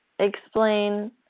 Explain